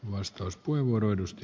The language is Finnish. arvoisa puhemies